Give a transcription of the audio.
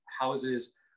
houses